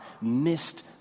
missed